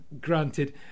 granted